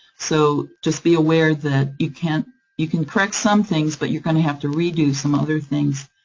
so just be aware that you can't you can correct some things, but you're going to have to redo some other things,